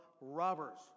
robbers